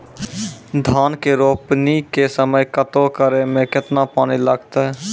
धान के रोपणी के समय कदौ करै मे केतना पानी लागतै?